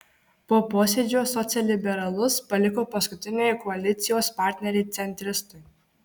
po posėdžio socialliberalus paliko paskutiniai koalicijos partneriai centristai